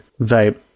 vape